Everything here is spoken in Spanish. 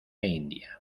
india